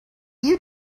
you